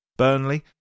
Burnley